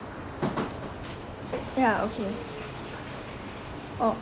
ya okay oh